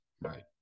Right